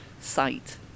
site